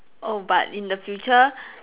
oh but in the future